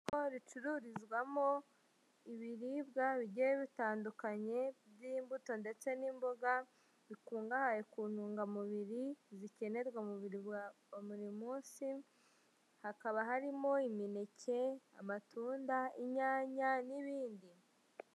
Isoko ricururizwamo ibiribwa bigiye bitandukanye by'imbuto ndetse n'imboga, bikungahaye ku ntungamubiri zikenerwa umubiri wa buri munsi hakaba harimo imineke, amatunda, inyanya n'ibindi.